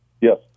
Yes